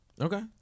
Okay